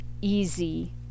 easy